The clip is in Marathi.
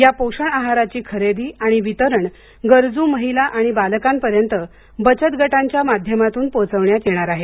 या पोषण आहाराची खरेदी आणि वितरण गरजू महिला आणि बालकांपर्यंत बचत गटांच्या माध्यमातून पोहोचवण्यात येणार आहे